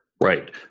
Right